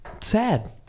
sad